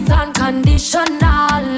unconditional